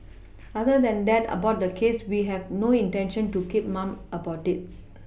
other than that about the case we have no intention to keep mum about it